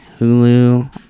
Hulu